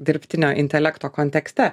dirbtinio intelekto kontekste